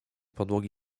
podłogi